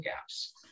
gaps